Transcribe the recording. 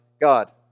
God